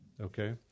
okay